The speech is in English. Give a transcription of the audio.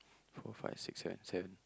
four five six seven seven